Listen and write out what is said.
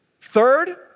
Third